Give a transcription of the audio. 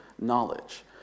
knowledge